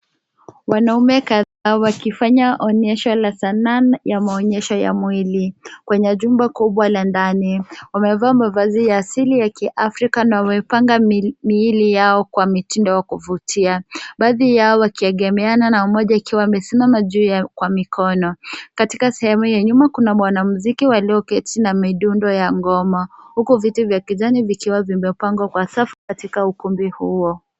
Wanaume kadhaa wakifanya onyesho la sanaa ya maonyesho ya mwili kwenye jumba kubwa la ndani. Wamevaa mavazi ya asili ya kiafrika na wamepanga miili yao kwa mitindo ya kuvutia baadhi yao wakiegemeana na mmoja ikiwa amesimama juu kwa mikono. Katika sehemu ya nyuma kuna mwanamuziki walioketi na midundo ya ngoma huku viti vya kijani vikiwa vimepangwa kwa safu katika ukumbi huo.